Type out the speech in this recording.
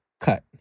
cut